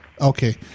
okay